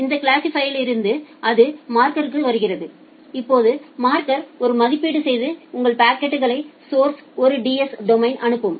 அந்த கிளாசிபைரிலிருந்து அது மார்க்கருக்கு வருகிறது இப்போது மார்க்கர் ஒரு மதிப்பீடு செய்து உங்கள் பாக்கெட்களை சௌர்ஸிலிருந்து ஒரு டிஎஸ் டொமைனுக்கு அனுப்பும்